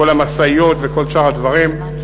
כל המשאיות וכל שאר הדברים.